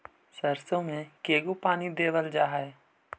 सरसों में के गो पानी देबल जा है?